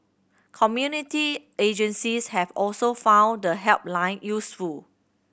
community agencies have also found the helpline useful